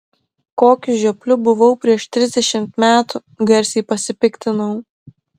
kokiu žiopliu buvau prieš trisdešimt metų garsiai pasipiktinau